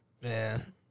man